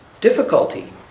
difficulty